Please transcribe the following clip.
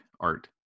art